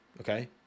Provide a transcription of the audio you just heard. okay